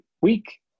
week